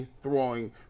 throwing